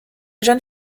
jeune